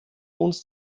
uns